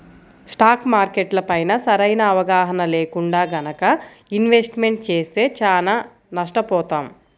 stock మార్కెట్లపైన సరైన అవగాహన లేకుండా గనక ఇన్వెస్ట్మెంట్ చేస్తే చానా నష్టపోతాం